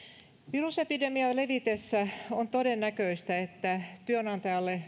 virusepidemian levitessä on todennäköistä että työnantajalle